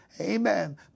Amen